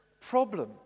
problem